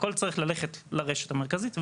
הכול צריך ללכת לרשת המרכזית ולחזור.